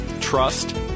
trust